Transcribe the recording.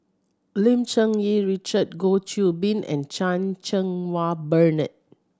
Lim Cherng Yih Richard Goh Qiu Bin and Chan Cheng Wah Bernard